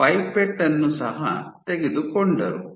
pipette ಅನ್ನು ಸಹ ತೆಗೆದುಕೊಂಡರು